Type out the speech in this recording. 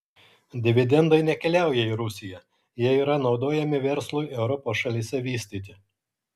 dividendai nekeliauja į rusiją jie yra naudojami verslui europos šalyse vystyti